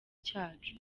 cyacu